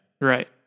Right